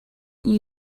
you